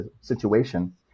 situation